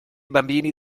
bambini